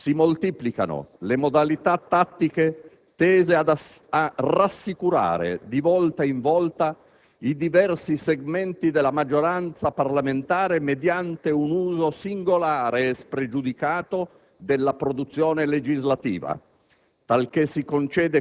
Di più: si moltiplicano le modalità tattiche tese a rassicurare di volta in volta i diversi segmenti della maggioranza parlamentare mediante un uso singolare e spregiudicato della produzione legislativa,